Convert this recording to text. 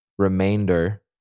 remainder